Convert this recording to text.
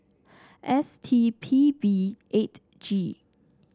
S T P B eight G